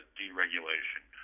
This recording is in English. deregulation